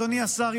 אדוני השר,